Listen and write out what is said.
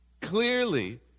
Clearly